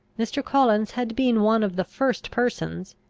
mr. collins had been one of the first persons,